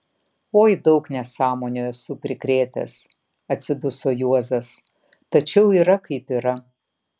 oi daug nesąmonių esu prikrėtęs atsiduso juozas tačiau yra kaip yra